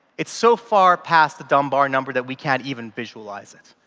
it's so far past the dumb bar number that we can't even visualize it.